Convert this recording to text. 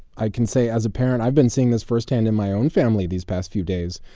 i can say as a parent, i've been seeing this firsthand in my own family these past few days.